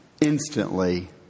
instantly